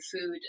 food